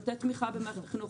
לתת תמיכה במערכת החינוך.